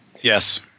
Yes